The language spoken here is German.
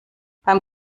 beim